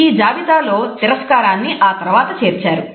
ఈ జాబితాలో తిరస్కారాన్నిఆ తరువాత చేర్చారు